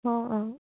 অঁ অঁ